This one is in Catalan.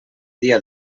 dia